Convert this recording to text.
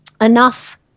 enough